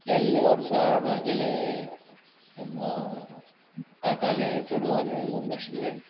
गेल्ले वर्सा म्हागेले काकालें चेडवालें लग्न आशिल्लें